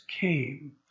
came